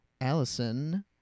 Allison